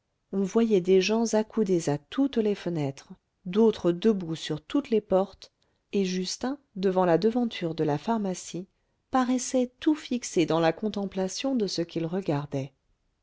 on voyait des gens accoudés à toutes les fenêtres d'autres debout sur toutes les portes et justin devant la devanture de la pharmacie paraissait tout fixé dans la contemplation de ce qu'il regardait